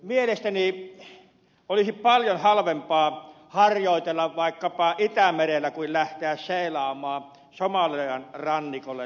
mielestäni olisi paljon halvempaa harjoitella vaikkapa itämerellä kuin lähteä seilaamaan somalian rannikolle saakka